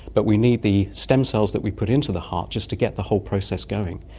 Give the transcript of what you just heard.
but we need the stem cells that we put into the heart just to get the whole process going.